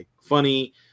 Funny